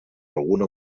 alguna